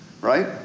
right